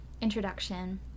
Introduction